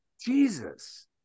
Jesus